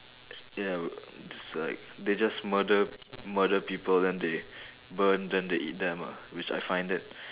ya it's like they just murder murder people then they burn then they eat them ah which I find that